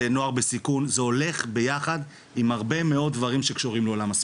זה הולך ביחד עם הרבה מאוד דברים שקשורים לעולם הספורט,